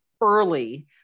early-